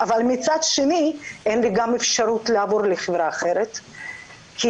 אבל מצד שני אין לי גם אפשרות לעבור לחברה אחרת כי